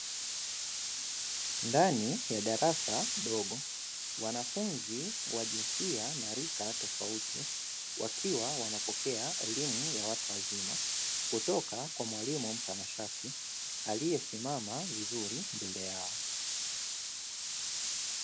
Ndani ya darasa dogo. Wanafunzi wa jinsia na rika tofauti, wakiwa wanapokea elimu ya watu wazima kutoka kwa mwalimu mtanashati aliyesimama vizuri mbele yao.